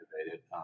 activated